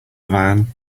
van